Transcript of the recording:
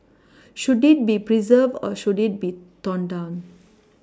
should it be pReserved or should it be torn down